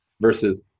versus